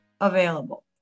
available